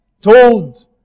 told